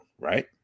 right